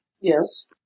Yes